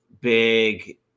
big